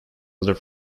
other